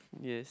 yes